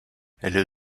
elle